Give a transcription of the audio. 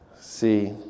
See